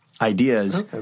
ideas